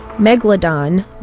megalodon